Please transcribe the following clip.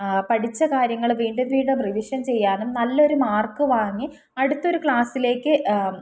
പഠിച്ച കാര്യങ്ങൾ വീണ്ടും വീണ്ടും റിവിഷൻ ചെയ്യാനും നല്ലൊരു മാർക്ക് വാങ്ങി അടുത്തൊരു ക്ലാസ്സിലേക്ക്